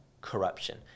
corruption